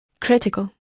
critical